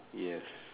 yes